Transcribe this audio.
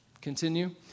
Continue